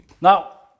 Now